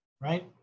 Right